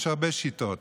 יש הרבה שיטות.